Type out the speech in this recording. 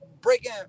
breaking